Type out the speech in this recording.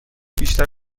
بیشتر